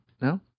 No